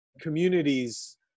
communities